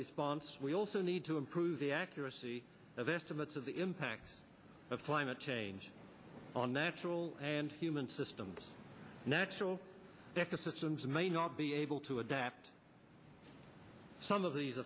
response we also need to improve the accuracy of estimates of the impact of climate change on natural and human systems natural that the systems may not be able to adapt some of these